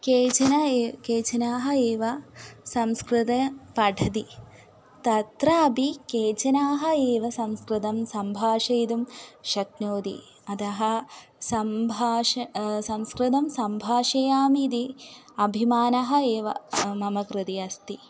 केचन एव केचन एव संस्कृते पठति तत्रापि केचन एव संस्कृतं सम्भाषितुं शक्नोति अतः सम्भाषणसंस्कृतं सम्भाषयामीति अभिमानः एव मम कृते अस्ति